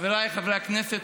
חבריי חברי הכנסת,